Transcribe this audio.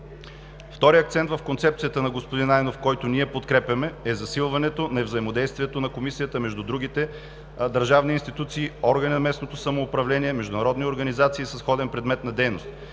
Вторият акцент в концепцията на господин Найденов, който ние подкрепяме, е засилването на взаимодействието на Комисията между другите държавни институции, органи на местното самоуправление, международни организации със сходен предмет на дейност.